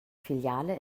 filiale